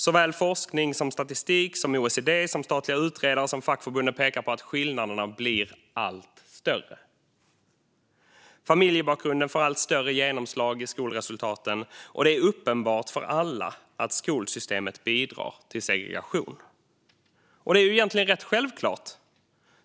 Såväl forskning som statistik, OECD, statliga utredare och fackförbund pekar på att skillnaderna blir allt större. Familjebakgrunden får allt större genomslag i skolresultaten, och det är uppenbart för alla att skolsystemet bidrar till segregation. Det är egentligen rätt självklart.